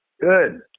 Good